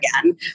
again